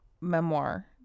memoir